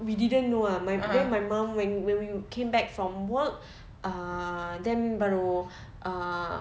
we didn't know ah my then my mum when when we came back from work ah then baru ah